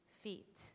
feet